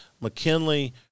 mckinley